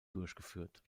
durchgeführt